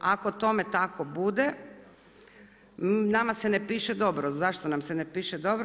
Ako tome tako bude, nama se ne piše dobro. zašto nam se ne piše dobro?